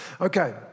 Okay